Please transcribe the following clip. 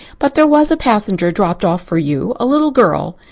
but there was a passenger dropped off for you a little girl.